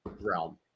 realm